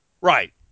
Right